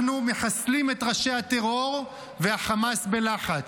אנחנו מחסלים את ראשי הטרור וחמאס בלחץ.